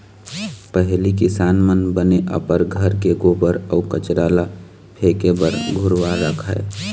पहिली किसान मन बने अपन घर के गोबर अउ कचरा ल फेके बर घुरूवा रखय